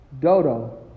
dodo